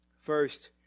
First